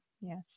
Yes